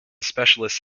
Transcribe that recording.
specialist